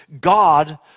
God